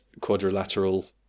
quadrilateral